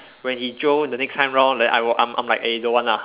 when he jio the next time round like I will I'm I'm like eh don't want ah